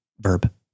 verb